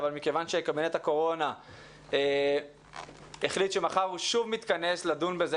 אבל מכיוון שקבינט הקורונה החליט שמחר הוא שוב מתכנס לדון בזה,